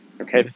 Okay